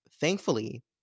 thankfully